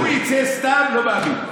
שהוא יצא סתם, לא מאמין.